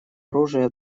оружия